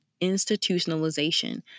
institutionalization